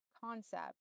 concept